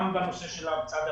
גם בנושא של הצד הבנקאי,